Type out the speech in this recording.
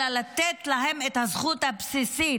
אלא לתת להם את הזכות הבסיסית,